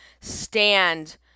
stand